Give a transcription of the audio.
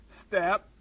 step